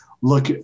look